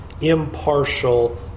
impartial